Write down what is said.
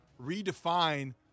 redefine